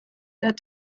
that